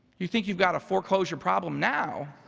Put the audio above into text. you think you've got a foreclosure problem now.